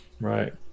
right